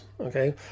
Okay